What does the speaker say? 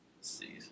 See